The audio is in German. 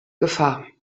gefahr